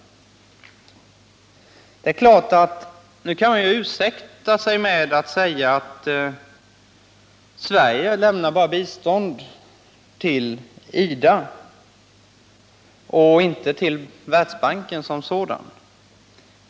Det är klart att man kan ursäkta sig med att Sverige bara lämnar bistånd till IDA och inte till Världsbanken som sådan.